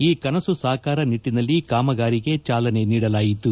ಆ ಕನಸು ಸಾಕಾರ ನಿಟ್ಟನಲ್ಲಿ ಕಾಮಗಾರಿಗೆ ಚಾಲನೆ ನೀಡಲಾಯಿತು